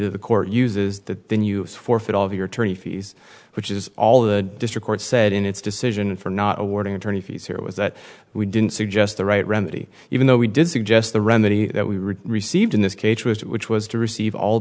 that the court uses that then you forfeit all of your attorney fees which is all the district court said in its decision for not awarding attorney fees here was that we didn't suggest the right remedy even though we did suggest the remedy that we received in this case was which was to receive all